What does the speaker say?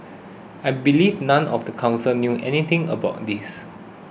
I believe none of the council knew anything about this